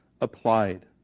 applied